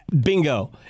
Bingo